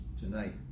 tonight